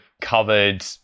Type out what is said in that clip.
covered